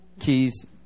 keys